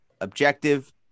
objective